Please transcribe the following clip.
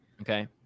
Okay